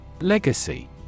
Legacy